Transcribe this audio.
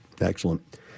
Excellent